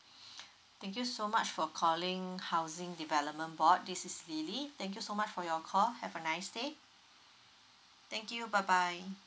thank you so much for calling housing development board this is lily thank you so much for your call have a nice day thank you bye bye